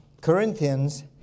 Corinthians